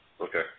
Okay